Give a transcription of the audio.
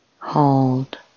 hold